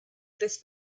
tres